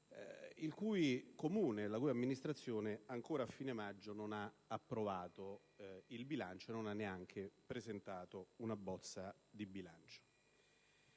di Roma, la cui amministrazione ancora a fine maggio non ha approvato il bilancio, né ha presentato una bozza di bilancio.